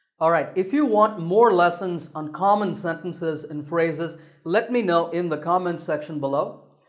alright, if you want more lessons on common sentences and phrases let me know in the comments section below.